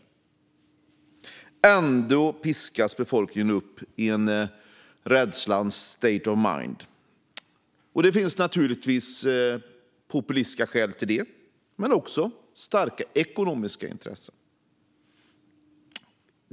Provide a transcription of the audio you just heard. Ändå piskas befolkningen upp i en rädslans state of mind. Det finns naturligtvis populistiska skäl till det, men det finns också starka ekonomiska intressen.